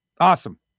Awesome